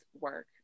work